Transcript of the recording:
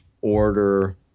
order